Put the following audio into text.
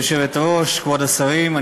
הבאה: הצעת חוק משק הגז הטבעי (תיקון מס' 6),